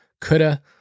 coulda